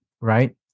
right